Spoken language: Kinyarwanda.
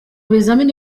ibizamini